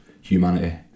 humanity